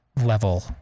level